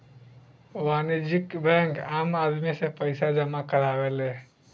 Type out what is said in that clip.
वाणिज्यिक बैंक आम आदमी से पईसा जामा करावेले